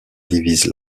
divise